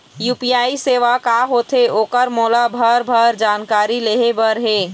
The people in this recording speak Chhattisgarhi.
यू.पी.आई सेवा का होथे ओकर मोला भरभर जानकारी लेहे बर हे?